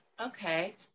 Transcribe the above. Okay